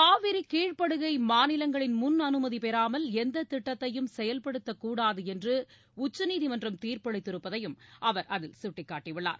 காவிரி கீழ்படுகை மாநிலங்களின் முன்அனுமதி பெறாமல் எந்த திட்டத்தையும் செயல்படுத்த கூடாது என்று உச்சநீதிமன்றம் தீர்ப்பளித்திருப்பதையும் அவர் அதில் சுட்டிக்காட்டி உள்ளார்